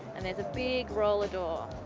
and there's a big roller door